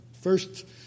first